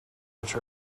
which